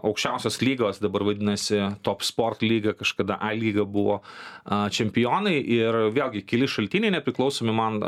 aukščiausios lygos dabar vadinasi top sport lyga kažkada a lyga buvo a čempionai ir vėlgi keli šaltiniai nepriklausomi man